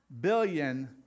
billion